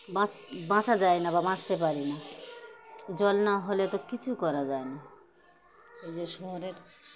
বাঁচ বাঁচা যায় না বা বাঁচতে পারি না জল না হলে তো কিছুই করা যায় না এই যে শহরের